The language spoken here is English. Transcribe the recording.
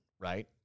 right